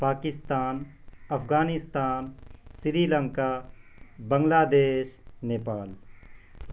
Pakistan Afghanistan Sri Lanka Bangladesh Nepal